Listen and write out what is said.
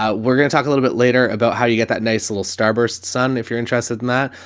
ah we're going to talk a little bit later about how you get that nice little starburst sun if you're interested in that.